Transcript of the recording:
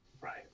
Right